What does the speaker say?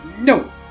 no